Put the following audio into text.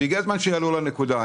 והגיע הזמן שיעלו על הנקודה.